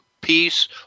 peace